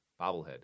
bobblehead